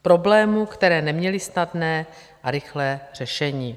Problémy, které neměly snadné a rychlé řešení.